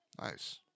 nice